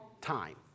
time